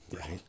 right